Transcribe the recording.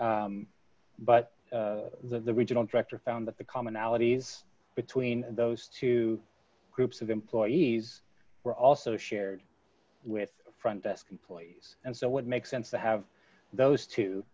but the regional director found that the commonalities between those two groups of employees were also shared with front desk employees and so would make sense to have those t